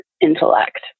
intellect